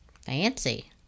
Fancy